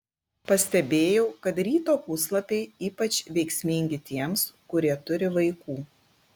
pastebėjau kad ryto puslapiai ypač veiksmingi tiems kurie turi vaikų